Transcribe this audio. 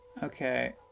Okay